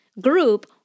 group